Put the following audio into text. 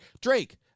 Drake